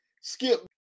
Skip